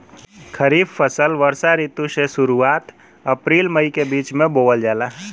खरीफ फसल वषोॅ ऋतु के शुरुआत, अपृल मई के बीच में बोवल जाला